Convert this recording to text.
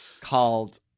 called